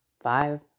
five